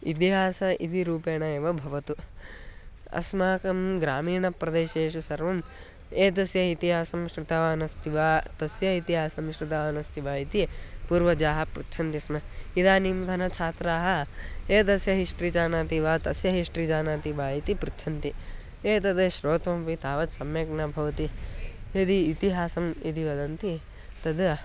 इतिहास इति रूपेण एव भवतु अस्माकं ग्रामीणप्रदेशेषु सर्वम् एतस्य इतिहासं श्रुतवान् अस्ति वा तस्य इतिहासं श्रुतवान् अस्ति वा इति पूर्वजाः पृच्छन्ति स्म इदानीन्तन छात्राः एतस्य हिस्ट्रि जानाति वा तस्य हिस्ट्रि जानाति वा इति पृच्छन्ति एतत् श्रोतुमपि तावत् सम्यक् न भवति यदि इतिहासं यदि वदन्ति तत्